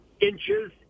inches